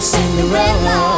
Cinderella